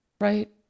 Right